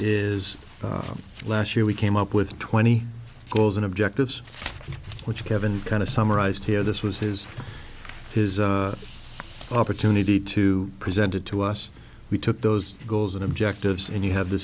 from last year we came up with twenty goals and objectives which kevin kind of summarized here this was his his opportunity to presented to us we do those goals and objectives and you have the